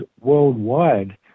worldwide